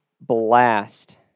blast